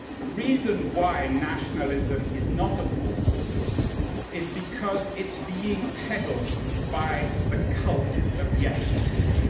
the reason why nationalism is not a force for good is because it's being peddled by the cult of yesterday.